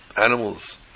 animals